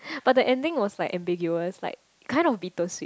but the ending was like ambiguous like kind of bittersweet